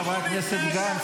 חברי הכנסת בני גנץ,